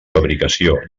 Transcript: fabricació